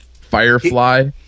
Firefly